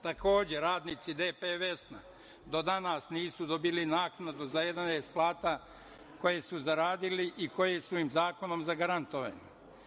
Takođe, radnici „DP Vesna“ do danas nisu dobili naknadu za 11 plata koje su zaradili i koje su im zakonom zagarantovane.